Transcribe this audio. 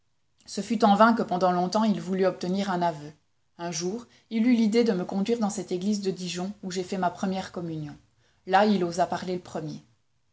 ce fut en vain que pendant longtemps il voulut obtenir un aveu un jour il eut l'idée de me conduire dans cette église de dijon où j'ai fait ma première communion là il osa parler le premier